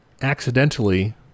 accidentally